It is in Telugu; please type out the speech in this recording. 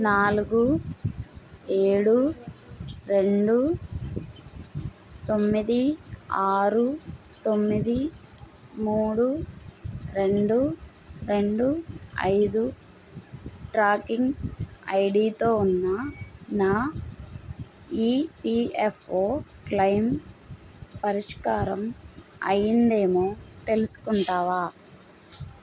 నాలుగు ఏడు రెండు తొమ్మిది ఆరు తొమ్మిది మూడు రెండు రెండు ఐదు ట్రాకింగ్ ఐడీతో ఉన్న నా ఈపిఎఫ్ఓ క్లెయిమ్ పరిష్కారం అయ్యిందేమో తెలుసుకుంటావా